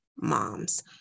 moms